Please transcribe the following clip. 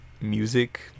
music